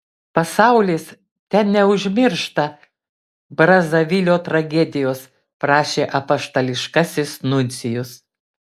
pasaulis teneužmiršta brazavilio tragedijos prašė apaštališkasis nuncijus